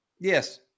Yes